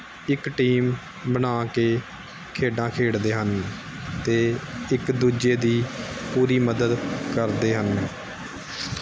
ਇੱਕ ਟੀਮ ਬਣਾ ਕੇ ਖੇਡਾਂ ਖੇਡਦੇ ਹਨ ਅਤੇ ਇੱਕ ਦੂਜੇ ਦੀ ਪੂਰੀ ਮਦਦ ਕਰਦੇ ਹਨ